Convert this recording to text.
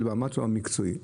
ברמה המקצועית שלו.